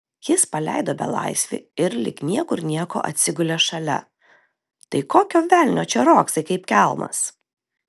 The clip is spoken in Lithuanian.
jis paleido belaisvį ir lyg niekur nieko atsigulė šalia tai kokio velnio čia riogsai kaip kelmas